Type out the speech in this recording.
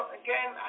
again